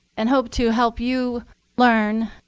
and hope to help you learn